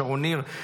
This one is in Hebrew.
שרון ניר,